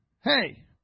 hey